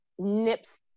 nips